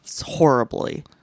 horribly